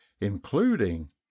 including